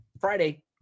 Friday